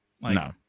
No